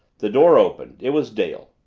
the door opened it was dale.